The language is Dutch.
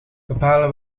bepalen